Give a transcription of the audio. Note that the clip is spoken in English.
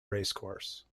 racecourse